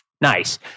Nice